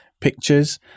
pictures